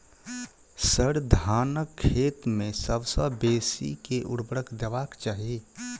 sir, धानक खेत मे सबसँ बेसी केँ ऊर्वरक देबाक चाहि